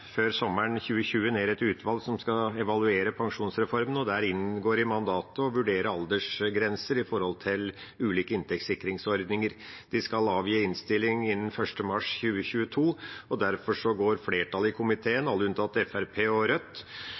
før sommeren 2020 ned et utvalg som skal evaluere pensjonsreformen, og der inngår det i mandatet å evaluere aldersgrenser i sammenheng med ulike inntektssikringsordninger. De skal avgi innstilling innen 1. mars 2022, og derfor går flertallet i komiteen – alle unntatt Fremskrittspartiet og Rødt